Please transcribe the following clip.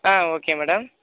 ah okay madam